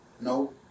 no